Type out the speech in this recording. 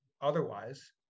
otherwise